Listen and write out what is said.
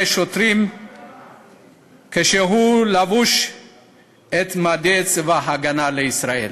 שוטרים כשהוא לבוש במדי צבא הגנה לישראל.